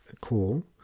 call